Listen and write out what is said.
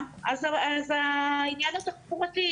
ארבעה גשרים,